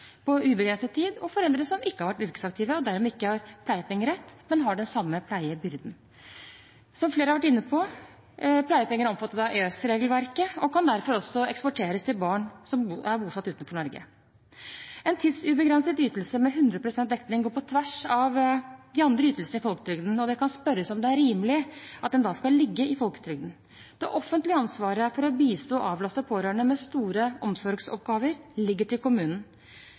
på ubegrenset tid, og foreldre som ikke har vært yrkesaktive og dermed ikke har pleiepengerett, men har den samme pleiebyrden. Som flere har vært inne på, er pleiepenger omfattet av EØS-regelverket og kan derfor også eksporteres til barn som er bosatt utenfor Norge. En tidsubegrenset ytelse med 100 pst. dekning går på tvers av de andre ytelsene i folketrygden, og det kan spørres om det er rimelig at den da skal ligge i folketrygden. Det offentlige ansvaret for å bistå og avlaste pårørende med store omsorgsoppgaver ligger til kommunen.